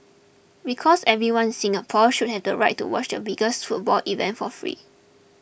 because everyone in Singapore should have the right to watch the biggest football event for free